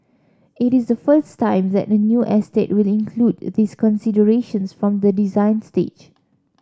it is the first time that the new estate will include these considerations from the design stage